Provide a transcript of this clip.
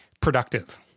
productive